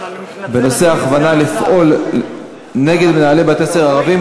בנושא: הכוונה לפעול נגד מנהלי בתי-ספר ערבים.